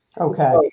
okay